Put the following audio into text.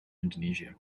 indonesia